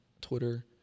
Twitter